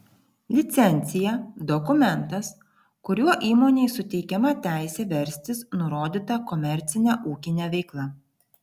licencija dokumentas kuriuo įmonei suteikiama teisė verstis nurodyta komercine ūkine veikla